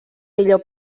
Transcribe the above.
millor